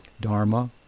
dharma